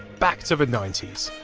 back to the ninety s!